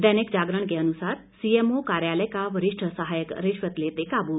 दैनिक जागरण के अनुसार सीएमओ कार्यालय का वरिष्ठ सहायक रिश्वत लेते काबू